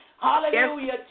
Hallelujah